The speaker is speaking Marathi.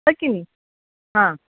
होय की नाही हां